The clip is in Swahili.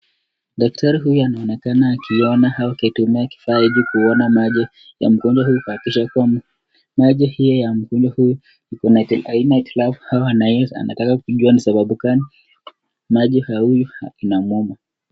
Daktari huyu anaonekana kuona au akitumia kifaa hiki kuona macho ya mgonjwa huyu kuhakikisha kuwa macho hio ya mgonjwa huyu haina hitilafu au anataka kujua ni kwa sababu gani macho ya huyu inamwuma.